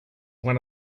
one